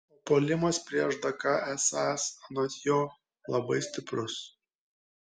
o puolimas prieš dk esąs anot jo labai stiprus